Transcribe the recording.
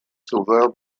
sauveur